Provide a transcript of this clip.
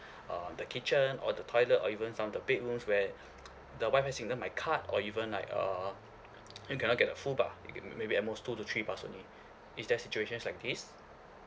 uh the kitchen or the toilet or even some of the bedrooms where the Wi-Fi signal might cut or even like uh you cannot get the full bar may~ maybe at most two to three bars only is there situation like this